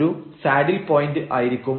ഒരു saddle point ആയിരിക്കും